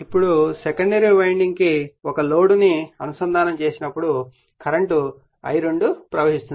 ఇప్పుడు secondary winding కు ఒక లోడ్ ను అనుసంధానం చేసినప్పుడు కరెంట్ I2 ప్రవహిస్తుంది